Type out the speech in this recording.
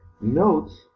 notes